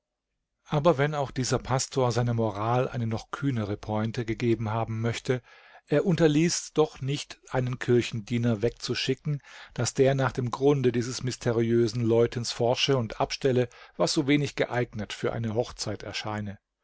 aber wenn auch dieser pastor seiner moral eine noch kühnere pointe gegeben haben möchte er unterließ doch nicht einen kirchendiener wegzuschicken daß der nach dem grund dieses mysteriösen läutens forsche und abstelle was so wenig geeignet für eine hochzeit erscheine